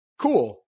cool